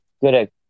Correct